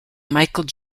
michael